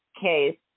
case